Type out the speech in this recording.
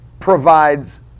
provides